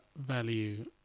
value